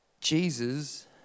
Jesus